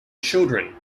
children